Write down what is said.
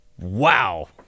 wow